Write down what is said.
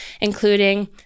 including